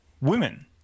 women